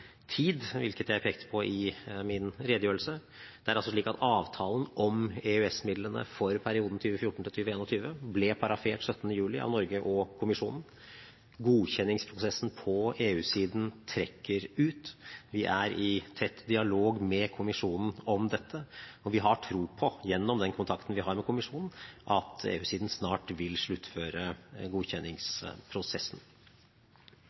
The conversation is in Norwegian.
tid, hvilket jeg pekte på i min redegjørelse. Det er altså slik at avtalen om EØS-midlene for perioden 2014–2021 ble parafert 17. juli av Norge og kommisjonen. Godkjenningsprosessen på EU-siden trekker ut. Vi er i tett dialog med kommisjonen om dette, og vi har tro på, gjennom den kontakten vi har med kommisjonen, at EU-siden snart vil sluttføre godkjenningsprosessen.